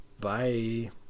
Bye